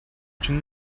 өвчин